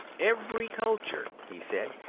every culture, he said,